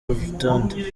rutonde